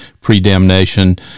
pre-damnation